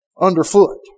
underfoot